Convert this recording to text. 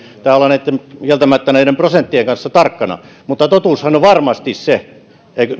pitää kieltämättä olla näiden prosenttien kanssa tarkkana mutta totuushan on varmasti se